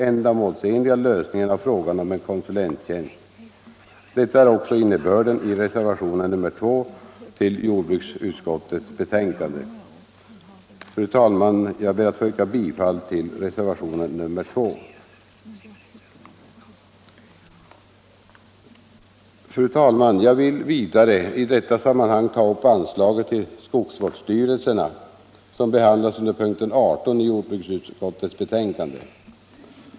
Jag ber att få yrka bifall till reservationen 2. Jag vill vidare i detta sammanhang ta upp anslaget till skogsvårdsstyrelserna, som behandlas under punkten 18 i jordbruksutskottets betänkande.